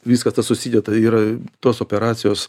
viskas tas susideda yra tos operacijos